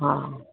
हा